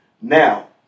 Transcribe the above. Now